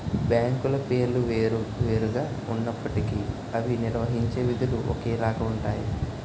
బ్యాంకుల పేర్లు వేరు వేరు గా ఉన్నప్పటికీ అవి నిర్వహించే విధులు ఒకేలాగా ఉంటాయి